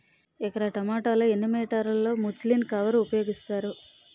ఎకర టొమాటో లో ఎన్ని మీటర్ లో ముచ్లిన్ కవర్ ఉపయోగిస్తారు?